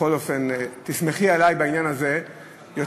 בכל אופן, תסמכי עלי בעניין הזה יותר.